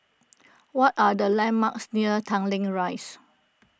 what are the landmarks near Tanglin Rise